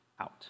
out